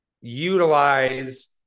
utilize